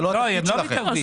זה לא התפקיד שלכם.